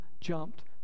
jumped